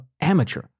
amateur